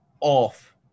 off